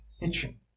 itching